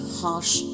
harsh